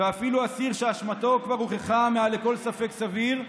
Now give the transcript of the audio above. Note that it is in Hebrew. ואפילו אסיר שאשמתו כבר הוכחה מעל לכל ספק סביר,